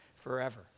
forever